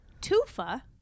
Tufa